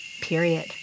period